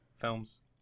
films